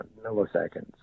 milliseconds